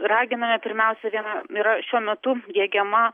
raginame pirmiausia viena yra šiuo metu diegiama